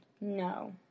No